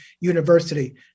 university